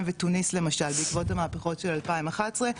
ותוניס למשל בעקבות המהפכות של 2011,